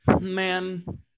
Man